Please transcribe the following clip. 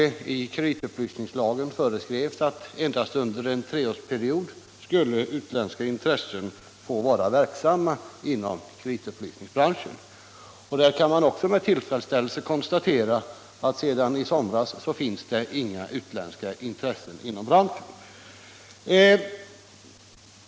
I kreditupplysningslagen föreskrivs att endast under en treårsperiod skulle utländska intressen få vara verksamma inom kreditupplysningsbranschen. Där kan man också med tillfredsställelse konstatera att sedan i somras finns det inga utländska intressen inom branschen.